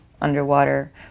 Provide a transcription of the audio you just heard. underwater